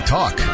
Talk